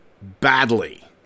badly